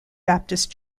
baptist